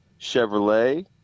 Chevrolet